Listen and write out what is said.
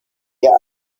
ihr